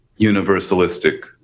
universalistic